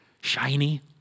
shiny